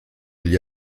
gli